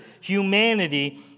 humanity